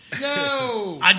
No